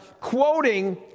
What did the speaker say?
quoting